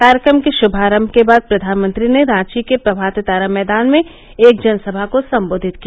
कार्यक्रम के शुभारम्भ के बाद प्रधानमंत्री ने रांची के प्रभात तारा मैदान में एक जनसभा को सम्बोधित किया